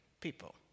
people